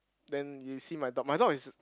then you see my dog my dog is